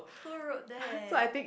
who wrote that